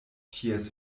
ties